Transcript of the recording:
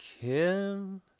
Kim